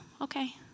okay